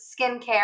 skincare